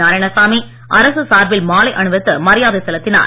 நாராயணசாமி அரசு சார்பில் மாலை அணிவித்து மரியாதை செலுத்தினார்